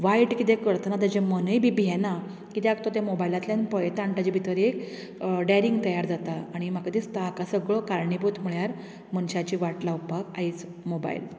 वायट कितें करतना ताजें मनूय बी भियेना कित्याक तो तें मोबायलांतल्यान पळयता आनी ताजे भितर एक डेरिंग तयार जाता आनी म्हाका दिसता हाका सगळो कारणीभूत म्हळ्यार मनशाची वाट लावपाक आयज मोबायल